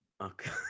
okay